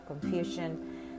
confusion